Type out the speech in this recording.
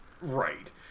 Right